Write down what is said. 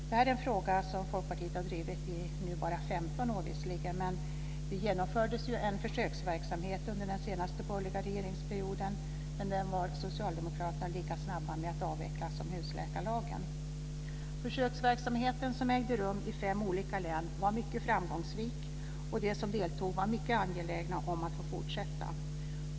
Det här är en fråga som Folkpartiet har drivit i bara 15 år. Visserligen genomfördes en försöksverksamhet under den senaste borgerliga regeringsperioden, men den var Socialdemokraterna lika snabba med att avveckla som husläkarlagen. Försöksverksamheten, som ägde rum i fem olika län, var mycket framgångsrik, och de som deltog var mycket angelägna om att få fortsätta.